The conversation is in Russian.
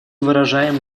выражаем